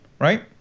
Right